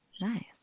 Nice